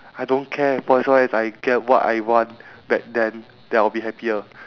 I don't care for as long as I get what I want back then then I'll be happier